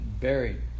buried